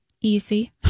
Easy